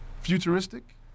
Futuristic